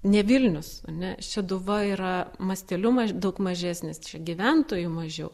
ne vilnius ane šeduva yra masteliu maž daug mažesnis gyventojų mažiau